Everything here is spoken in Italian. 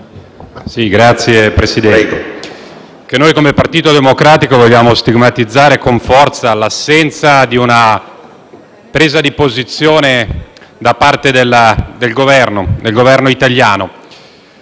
Signor Presidente, anche noi come Partito Democratico vogliamo stigmatizzare con forza l'assenza di una presa di posizione da parte del Governo italiano.